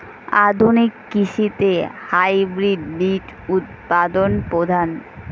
আধুনিক কৃষিতে হাইব্রিড বীজ উৎপাদন প্রধান